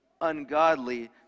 ungodly